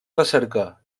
recerca